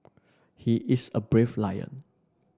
he is a brave lion